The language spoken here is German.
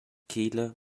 kehle